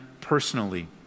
personally